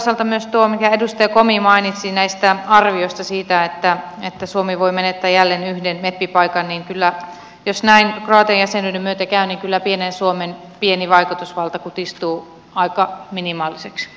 toisaalta myös mitä tulee tuohon mitä edustaja komi mainitsi näistä arvioista siitä että suomi voi menettää jälleen yhden meppipaikan niin kyllä jos näin kroatian jäsenyyden myötä käy pienen suomen pieni vaikutusvalta kutistuu aika minimaaliseksi